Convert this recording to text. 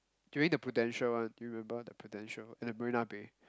during the Prudential one do you remember the Prudential at the Marina-Bay